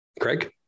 Craig